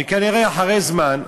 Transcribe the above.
וכנראה אחרי זמן,